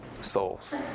souls